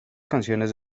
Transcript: canciones